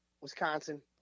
Wisconsin